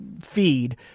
feed